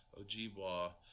Ojibwa